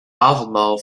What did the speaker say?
avondmaal